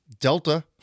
Delta